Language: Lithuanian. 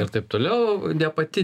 ir taip toliau ne pati